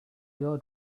your